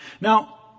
Now